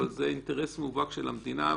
אבל זה אינטרס מובהק של המדינה,